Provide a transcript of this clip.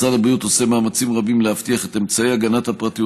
משרד הבריאות עושה מאמצים רבים להבטיח את אמצעי הגנת הפרטיות